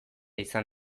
izan